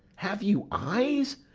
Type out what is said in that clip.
have you eyes?